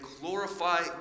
glorify